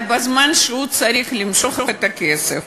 אבל בזמן שהוא צריך למשוך את הכסף,